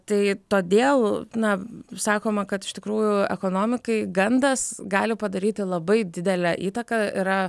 tai todėl na sakoma kad iš tikrųjų ekonomikai gandas gali padaryti labai didelę įtaką yra